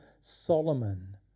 Solomon